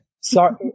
Sorry